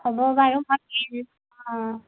হ'ব বাৰু অঁ